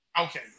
Okay